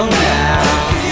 now